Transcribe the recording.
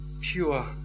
pure